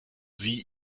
sie